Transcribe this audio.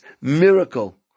miracle